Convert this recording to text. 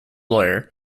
lawyer